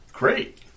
Great